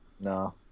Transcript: No